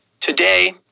Today